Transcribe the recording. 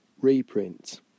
Reprint